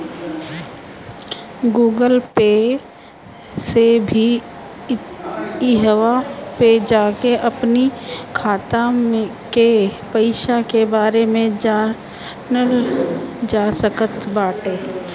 Google Pay से भी इहवा पे जाके अपनी खाता के पईसा के बारे में जानल जा सकट बाटे